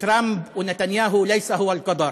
טראמפ ונתניהו אינם הגורל.